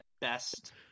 best